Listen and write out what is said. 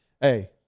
Hey